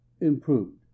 Improved